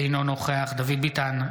אינו נוכח דוד ביטן,